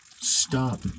stop